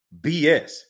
BS